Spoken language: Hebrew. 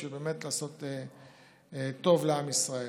בשביל לעשות טוב לעם ישראל.